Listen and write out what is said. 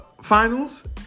finals